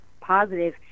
positive